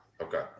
Okay